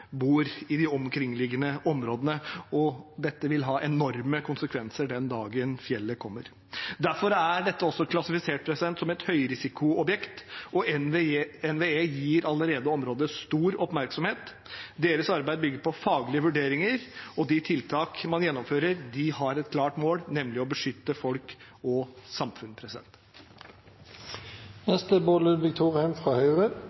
bor i de omkringliggende områdene, og det vil ha enorme konsekvenser den dagen fjellet kommer. Derfor er dette også klassifisert som et høyrisiko objekt, og NVE gir allerede området stor oppmerksomhet. Deres arbeid bygger på faglige vurderinger, og de tiltak man gjennomfører, har et klart mål, nemlig å beskytte folk og samfunn.